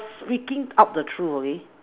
speaking up the true okay